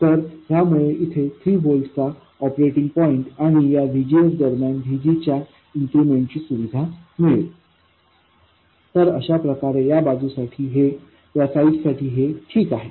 तर ह्यामुळे इथे 3 व्होल्टचा ऑपरेटिंग पॉईंट आणि या VGS दरम्यान VG च्या इन्क्रिमेंट ची सुविधा मिळेल तर अशाप्रकारे या बाजूसाठी हे आहे ठीक आहे